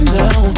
now